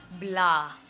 blah